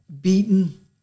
beaten